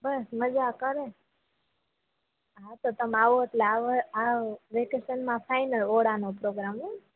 બસ મજા કરે હા તો તમ આવો એટલે આવ વેકેશન માં ફાઇનલ ઓઢાનો પોગ્રામ